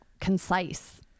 concise